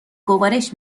گوارش